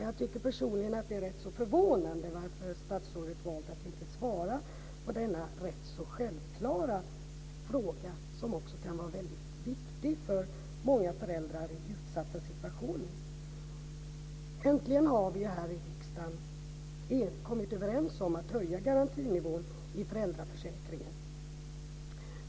Jag tycker personligen att det är ganska förvånande att statsrådet valt att inte svara på denna ganska självklara fråga som också kan vara mycket viktig för många föräldrar i utsatta situationer. Äntligen har vi ju här i riksdagen kommit överens om att höja garantinivån i föräldraförsäkringen.